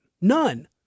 None